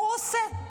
הוא עושה.